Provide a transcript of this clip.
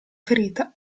ferita